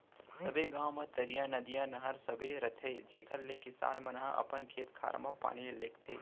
सबे गॉंव म तरिया, नदिया, नहर सबे रथे जेकर ले किसान मन ह अपन खेत खार म पानी लेगथें